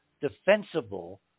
defensible